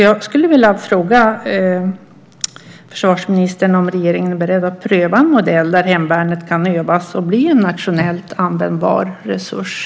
Jag skulle vilja fråga försvarsministern om regeringen är beredd att pröva en modell där hemvärnet kan övas och bli en nationellt användbar resurs.